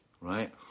right